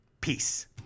Peace